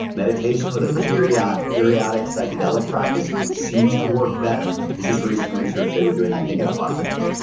meditation or the periodic periodic psychedelic practice seems to work better. this is recent research they were doing i think at oxford,